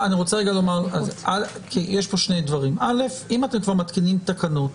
יש פה שני דברים אם אתם כבר מתקינים תקנות,